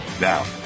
now